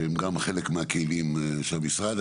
שהם גם חלק מהכלים של המשרד.